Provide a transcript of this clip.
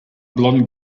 blond